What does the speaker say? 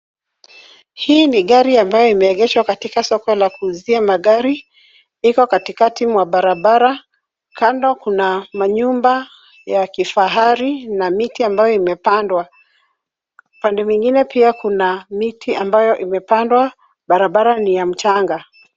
Hii ni gari ambayo imeegeshwa katika soko la kuuzia magari. Liko katikati mwa barabara. Kando kuna manyumba ya kifahari na miti ambayo imepandwa. Pande mwingine pia kuna miti ambayo imepandwa. Barabara ni ya mchanga.